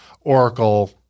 Oracle